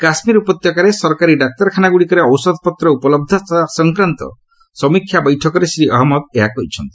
କାଶ୍କୀର ଉପତ୍ୟକାରେ ସରକାରୀ ଡାକ୍ତରଖାନାଗୁଡ଼ିକରେ ଔଷଧପତ୍ର ଉପଲହ୍ଧତା ସଂକ୍ରାନ୍ତ ସମୀକ୍ଷା ବୈଠକରେ ଶ୍ରୀ ଅହମ୍ମଦ ଏହା କହିଛନ୍ତି